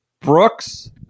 Brooks